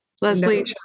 Leslie